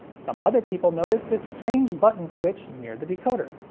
some other people noticed this strange button switch near the decoder.